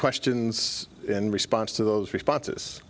questions in response to those responses